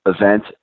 event